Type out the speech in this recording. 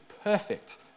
perfect